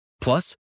Plus